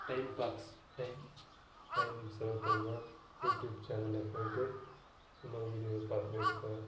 time box time timing செலவு பண்ணுனால் YouTube சேனலில் போய்விட்டு சும்மா வீடியோ பார்த்துட்டே இருப்பேன்